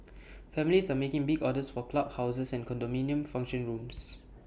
families are making big orders for club houses and condominium function rooms